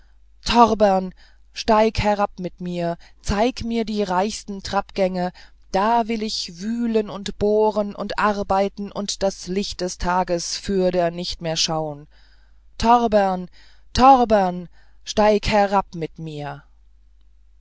torbern steig herab mit mir zeig mir die reichsten trappgänge da will ich wühlen und bohren und arbeiten und das licht des tages fürder nicht mehr schauen torbern torbern steig herab mit mir